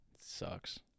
Sucks